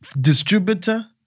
distributor